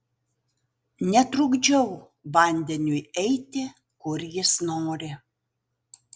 netrukdžiau vandeniui eiti kur jis nori